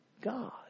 God